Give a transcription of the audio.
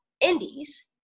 indies